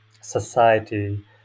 society